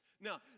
Now